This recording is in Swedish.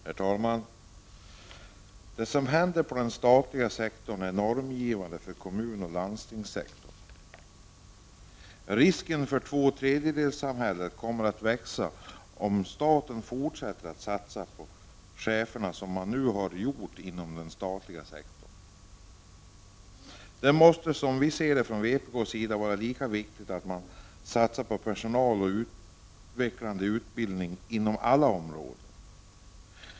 Herr talman! Det som händer inom den statliga sektorn är normgivande för kommunoch landstingssektorn. Risken för tvåtredjedelssamhället kommer att växa om staten fortsätter att satsa på cheferna på det sätt som man har gjort inom den statliga sektorn. Det måste, som vi i vpk ser saken, vara lika viktigt att satsa på personal och utvecklande utbildning på alla områden.